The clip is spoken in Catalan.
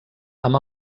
amb